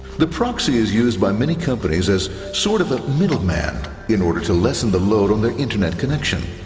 the proxy is used by many companies as sort of a middleman in order to lessen the load on their internet connection,